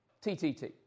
T-T-T